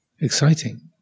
exciting